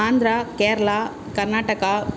Andhra Kerala Karnataka